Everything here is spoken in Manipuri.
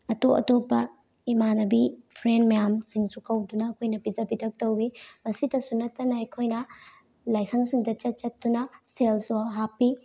ꯑꯇꯣꯞ ꯑꯇꯣꯞꯄ ꯏꯃꯥꯟꯅꯕꯤ ꯐ꯭ꯔꯦꯟ ꯃꯌꯥꯝꯁꯤꯡꯁꯨ ꯀꯧꯗꯨꯅ ꯑꯩꯈꯣꯏꯅ ꯄꯤꯖ ꯄꯤꯊꯛ ꯇꯧꯏ ꯑꯁꯤꯇꯁꯨ ꯅꯠꯇꯅ ꯑꯩꯈꯣꯏꯅ ꯂꯥꯏꯁꯪꯁꯤꯡꯗ ꯆꯠ ꯆꯠꯇꯨꯅ ꯁꯦꯜꯁꯨ ꯍꯥꯞꯄꯤ